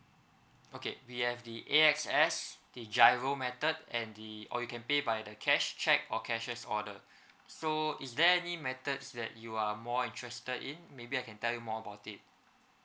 okay we have the A_X_S the giro method and the or you can pay by the cash cheque or cashiers order so is there any methods that you are more interested in maybe I can tell you more about it